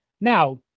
Now